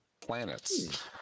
Planets